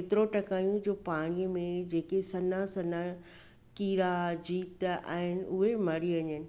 एतिरो टहकायूं जो पाणीअ में जेके सन्हा सन्हा कीड़ा जीत आहिनि उहे मरी वञनि